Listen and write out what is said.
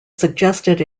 suggested